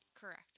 Correct